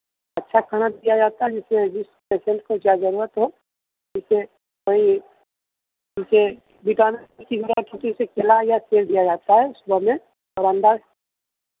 अच्छा खाना दिया जाता है जिसमें जिस पेसेन्ट को क्या ज़रूरत हो उसे वही जैसे विटामिन उसे केला या सेब दिया जाता है सुबह में और अंडा